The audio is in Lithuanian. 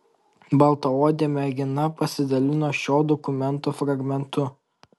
baltaodė mergina pasidalino šio dokumento fragmentu